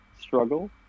struggle